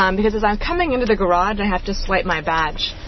um because as i'm coming into the garage i have to swipe my badge,